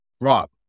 Rob